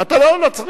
אתה לא צריך.